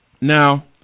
Now